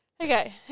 Okay